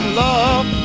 love